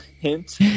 hint